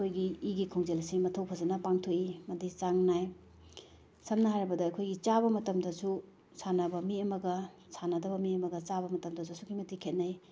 ꯑꯩꯈꯣꯏꯒꯤ ꯏꯒꯤ ꯈꯣꯡꯖꯦꯜ ꯑꯁꯤ ꯃꯊꯧ ꯐꯖꯅ ꯄꯥꯡꯊꯣꯛꯏ ꯑꯃꯗꯤ ꯆꯥꯡꯅꯥꯏ ꯁꯝꯅ ꯍꯥꯏꯔꯕꯗ ꯑꯩꯈꯣꯏꯒꯤ ꯆꯥꯕ ꯃꯇꯝꯗꯁꯨ ꯁꯥꯟꯅꯕ ꯃꯤ ꯑꯃꯒ ꯁꯥꯟꯅꯗꯕ ꯃꯤ ꯑꯃꯒ ꯆꯥꯕ ꯃꯇꯝꯗꯁꯨ ꯑꯁꯨꯛꯀꯤ ꯃꯇꯤꯛ ꯈꯦꯅꯩ